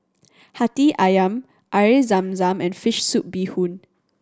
Hati Ayam Air Zam Zam and fish soup bee hoon